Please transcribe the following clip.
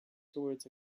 toward